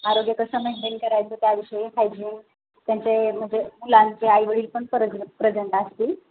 आरोग्य कसं मेनटेन करायचं त्याविषयी खायचे त्यांचे म्हणजे मुलांचे आईवडीलपण प्रज प्रेजंट असतील